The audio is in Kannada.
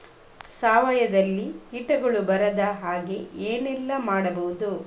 ಸಾವಯವದಲ್ಲಿ ಕೀಟಗಳು ಬರದ ಹಾಗೆ ಏನೆಲ್ಲ ಮಾಡಬಹುದು?